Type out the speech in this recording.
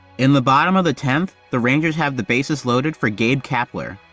in the bottom of the tenth, the rangers have the bases loaded for gabe kapler.